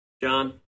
John